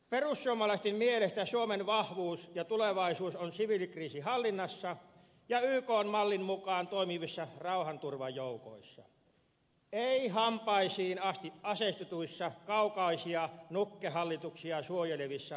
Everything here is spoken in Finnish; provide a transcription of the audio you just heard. perussuomalaisten mielestä suomen vahvuus ja tulevaisuus on siviilikriisinhallinnassa ja ykn mallin mukaan toimivissa rauhanturvajoukoissa ei hampaisiin asti aseistetuissa kaukaisia nukkehallituksia suojelevissa sotilasoperaatioissa